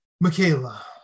Michaela